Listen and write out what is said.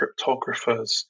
cryptographers